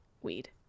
weed